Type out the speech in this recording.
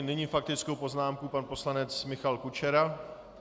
Nyní faktická poznámka pan poslanec Michal Kučera.